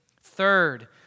Third